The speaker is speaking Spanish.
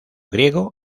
griego